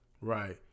Right